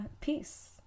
Peace